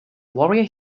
warrior